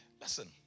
Listen